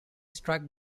struck